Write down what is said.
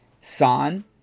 san